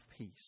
peace